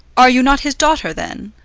are you not his daughter, then?